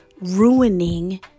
ruining